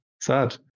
Sad